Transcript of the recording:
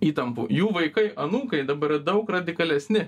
įtampų jų vaikai anūkai dabar daug radikalesni